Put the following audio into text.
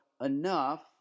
enough